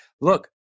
look